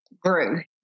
grew